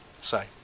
say